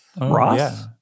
Ross